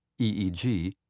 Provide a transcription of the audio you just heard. EEG